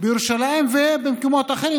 בירושלים ובמקומות אחרים.